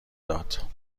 داد